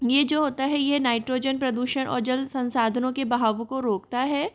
ये जो होता है ये नाइट्रोजन प्रदूषण और जल संसाधनों के बहाव को रोकता है